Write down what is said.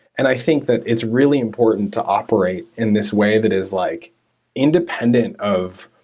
and i think that it's really important to operate in this way that is like independent of,